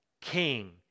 king